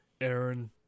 Aaron